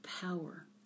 power